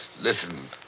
Listen